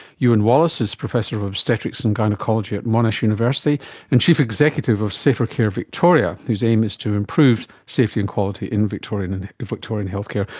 euan wallace is professor of obstetrics and gynaecology at monash university and chief executive of safer care victoria whose aim is to improve safety and quality in victorian and victorian healthcare.